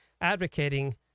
advocating